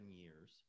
years